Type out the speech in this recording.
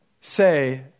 say